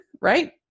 right